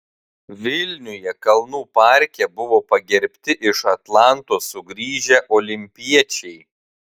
vilniuje kalnų parke buvo pagerbti iš atlantos sugrįžę olimpiečiai